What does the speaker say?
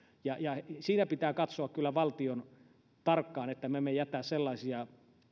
ja ja siinä pitää valtion kyllä katsoa tarkkaan että me emme jätä sellaisia